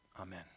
Amen